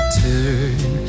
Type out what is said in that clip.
turn